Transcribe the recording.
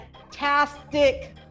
fantastic